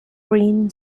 green